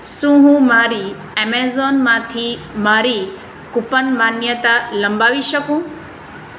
શું હું મારી એમેઝોનમાંથી મારી કુપનની માન્યતા લંબાવી શકું